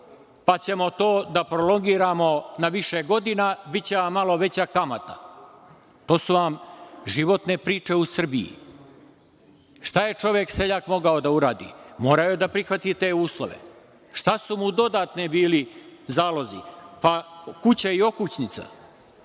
pa ćemo to da prolongiramo na više godina, biće vam malo veća kamata. To su vam životne priče u Srbiji? Šta je čovek, seljak, mogao da uradi? Morao je da prihvati te uslove. Šta su mu dodatni bili zalozi? Kuća i okućnica.